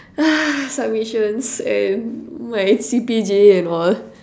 submissions and my C_P_G_A and all